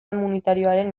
immunitarioaren